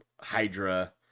Hydra